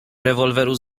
rewolweru